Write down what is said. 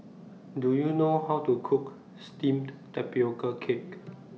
Do YOU know How to Cook Steamed Tapioca Cake